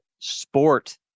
sport